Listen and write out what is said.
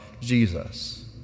Jesus